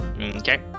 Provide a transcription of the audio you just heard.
Okay